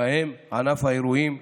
ובהם ענף האירועים,